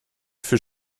für